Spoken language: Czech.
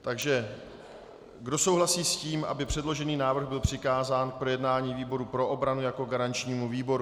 Takže kdo souhlasí s tím, aby předložený návrh byl přikázán k projednání výboru pro obranu jako garančnímu výboru?